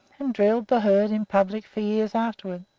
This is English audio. and drilled the herd in public for years afterward